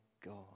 God